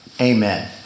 amen